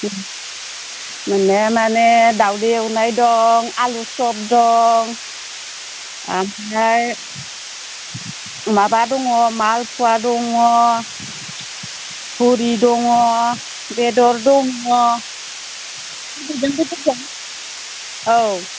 मोननाय माने दावदै एवनाय दं आलु सप दं ओमफ्राय माबा दङ मालफवा दङ फुरि दङ बेदर दङ औ